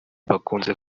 bakunze